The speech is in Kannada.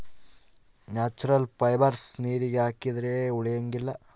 ನ್ಯಾಚುರಲ್ ಫೈಬರ್ಸ್ ನೀರಿಗೆ ಹಾಕಿದ್ರೆ ಉಳಿಯಂಗಿಲ್ಲ